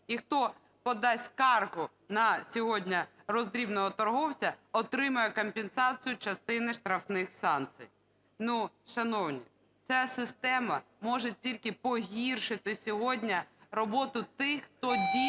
І хто подасть скаргу на сьогодні роздрібного торговця, отримає компенсацію частини штрафних санкцій. Ну, шановні, ця система може тільки погіршити сьогодні роботу тих, хто дійсно